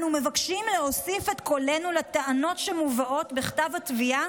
אנו מבקשים להוסיף את קולנו לטענות שמובאות בכתב התביעה